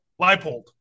Leipold